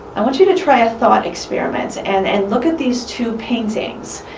i want you to try a thought experiment and and look at these two paintings,